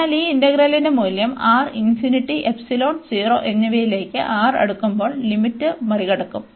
അതിനാൽ ഈ ഇന്റഗ്രലിന്റെ മൂല്യം R ∞ ϵ 0 എന്നിവയിലേക്ക് R അടുക്കുമ്പോൾ ലിമിറ്റ് മറികടക്കും